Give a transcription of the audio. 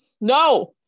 No